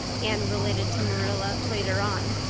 anne related to marilla later on.